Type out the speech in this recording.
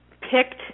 picked